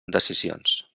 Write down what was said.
decisions